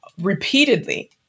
repeatedly